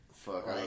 Fuck